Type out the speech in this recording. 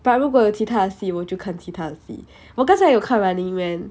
but 如果有其他戏就看其他的戏我刚才有看 running man